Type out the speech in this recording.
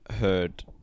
heard